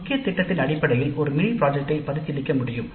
முக்கிய திட்டத்தின் அடிப்படையில் ஒரு மினி திட்டத்தை பரிசீலிக்க முடியும்